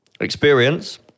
Experience